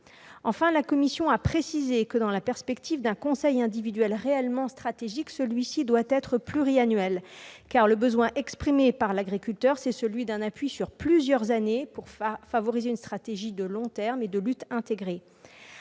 Enfin, la commission a précisé que, dans la perspective d'un conseil individuel réellement stratégique, celui-ci doit être pluriannuel, car l'agriculteur a besoin d'un appui sur plusieurs années pour favoriser la mise en oeuvre d'une stratégie de long terme et de lutte intégrée.,